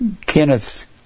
Kenneth